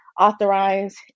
authorized